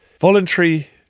voluntary